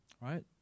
Right